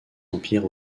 empire